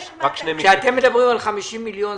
כשאתם מדברים על 50 מיליון,